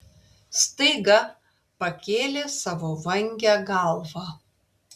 staiga pakėlė savo vangią galvą